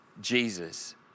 Jesus